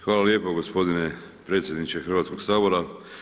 Hvala lijepo gospodine predsjedniče Hrvatskog sabora.